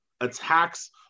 attacks